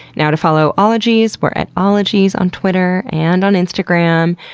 now to follow ologies, we're at ologies on twitter and on instagram.